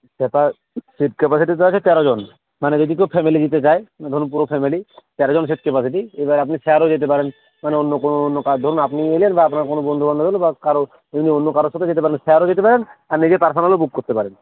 সেটার seat capacity তো আছে তেরো জন মানে যদি কেউ ফ্যামিলি নিতে চায় ধরুন পুরো ফ্যামিলি তেরো জন সিট ক্যাপাসিটি এবার আপনি শেয়ারেও যেতে পারেন মানে অন্য কোনো অন্য কার ধরুন আপনি এলেন বা আপনার কোনো বন্ধুবান্ধব এলো বা কারও এমনি অন্য কারোর সাথে যেতে পারেন শেয়ারেও যেতে পারেন আর নিজের পার্সোনালও বুক করতে পারেন